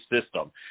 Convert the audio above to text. system